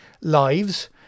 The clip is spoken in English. lives